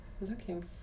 looking